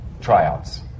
tryouts